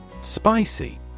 Spicy